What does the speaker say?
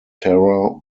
terror